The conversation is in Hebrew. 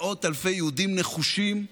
מאות אלפי יהודים נחושים,